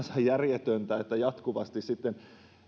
järjetöntä että jatkuvasti sitten